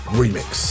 remix